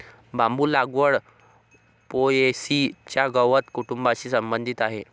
बांबू लागवड पो.ए.सी च्या गवत कुटुंबाशी संबंधित आहे